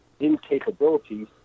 incapabilities